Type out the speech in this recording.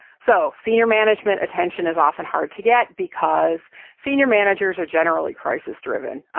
so senior management attention is often hard to get because senior managers are generally crisis-driven,